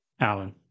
Alan